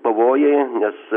pavojai nes